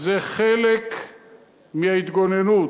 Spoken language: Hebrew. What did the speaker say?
זה חלק מההתגוננות,